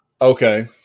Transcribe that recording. Okay